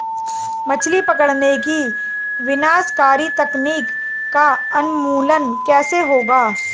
मछली पकड़ने की विनाशकारी तकनीक का उन्मूलन कैसे होगा?